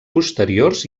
posteriors